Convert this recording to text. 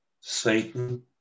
Satan